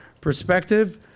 perspective